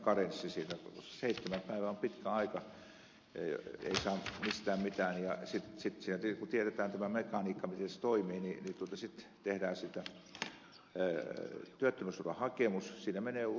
seitsemän päivää on pitkä aika ei saa mistään mitään ja kun tiedetään tämä mekaniikka miten se toimii niin sitten tehdään työttömyysturvahakemus